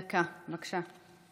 דקה, בבקשה.